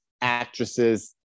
Actresses